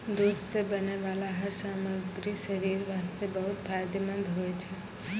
दूध सॅ बनै वाला हर सामग्री शरीर वास्तॅ बहुत फायदेमंंद होय छै